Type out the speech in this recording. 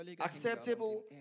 acceptable